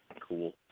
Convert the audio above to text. cool